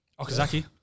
Okazaki